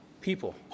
people